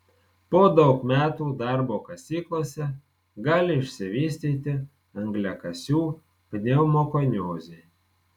po daug metų darbo kasyklose gali išsivystyti angliakasių pneumokoniozė